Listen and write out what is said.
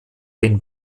den